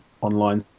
online